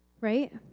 Right